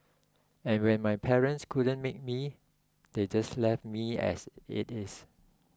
and when my parents couldn't make me they just left me as it is